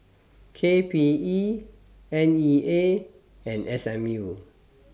K P E N E A and S M U